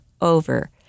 over